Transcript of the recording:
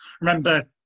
Remember